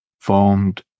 formed